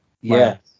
yes